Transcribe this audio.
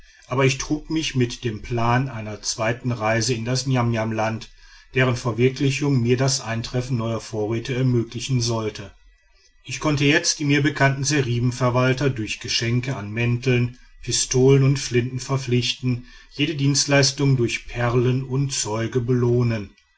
aber ich trug mich mit dem plan einer zweiten reise in das niamniamland deren verwirklichung mir das eintreffen neuer vorräte ermöglichen sollte ich konnte jetzt die mir bekannten seribenverwalter durch geschenke an mänteln pistolen und flinten verpflichten jede dienstleistung durch perlen und zeuge belohnen